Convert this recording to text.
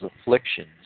afflictions